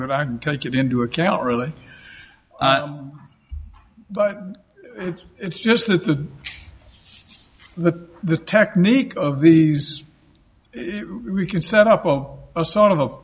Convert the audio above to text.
that i can take it into account really but it's just that the the the technique of these we can set up of a sort of